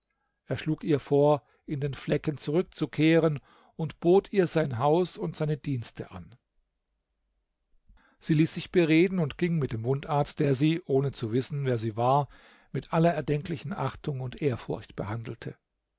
er schlug ihr vor in den flecken zurückzukehren und bot ihr sein haus und seine dienste an sie ließ sich bereden und ging mit dem wundarzt der sie ohne zu wissen wer sie war mit aller erdenklichen achtung und ehrfurcht behandelte